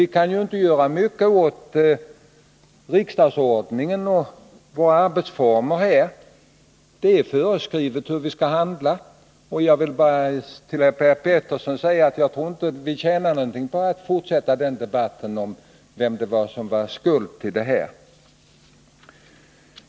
Vi kan ju inte göra något åt riksdagens arbetsformer, eftersom det i riksdagsordningen är föreskrivet hur vi skall handla. Jag vill bara till Per Petersson säga att jag inte tror att vi tjänar någonting på att fortsätta debatten om vem som bar skulden.